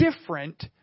Different